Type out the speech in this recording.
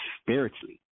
spiritually